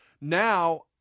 Now